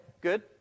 Good